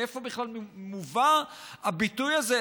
מאיפה בכלל מובא הביטוי הזה?